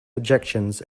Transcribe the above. objections